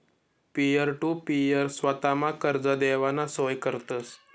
peer to peer स्वस्तमा कर्ज देवाना सोय करतस